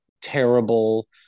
terrible